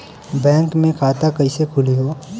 Bank मे खाता कईसे खुली हो?